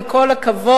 עם כל הכבוד,